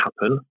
happen